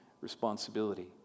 responsibility